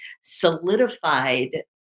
solidified